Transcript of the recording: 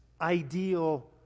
ideal